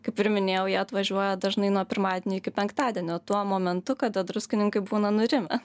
kaip ir minėjau jie atvažiuoja dažnai nuo pirmadienio iki penktadienio tuo momentu kada druskininkai būna nurimę